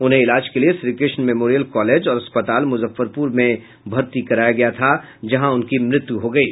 उन्हें इलाज के लिए श्रीकृष्ण मेमोरियल कॉलेज और अस्पताल मुफ्फरपुर में भर्ती कराया गया था जहां उनकी मृत्यु हो गयी